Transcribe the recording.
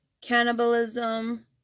cannibalism